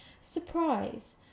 Surprise